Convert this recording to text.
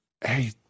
Hey